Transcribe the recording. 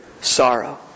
sorrow